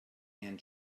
anne